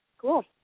Cool